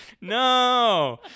No